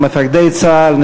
מפקדי צה"ל,